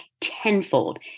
tenfold